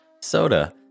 soda